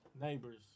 Neighbors